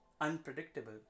unpredictable